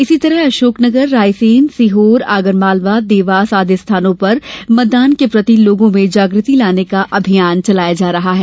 इसी तरह अशोकनगर रायसेन सीहोर आगर मालवा देवास आदि स्थानो पर मतदान के प्रति लोगों में जागृति लाने का अभियान चलाया जा रहा है